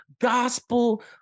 gospel